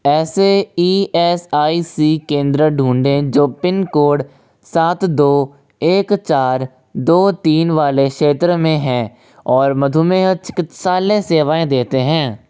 ऐसे E S I C केंद्र ढूँढें जो पिन कोड सात दो एक चार दो तीन वाले क्षेत्र में हैं और मधुमेह चिकित्सालय सेवाएँ देते हैं